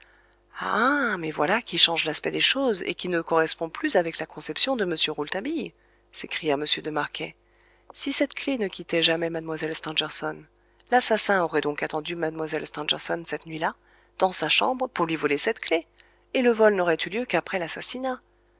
ah mais voilà qui change l'aspect des choses et qui ne correspond plus avec la conception de m rouletabille s'écria m de marquet si cette clef ne quittait jamais mlle stangerson l'assassin aurait donc attendu mlle stangerson cette nuit-là dans sa chambre pour lui voler cette clef et le vol n'aurait eu lieu qu après l'assassinat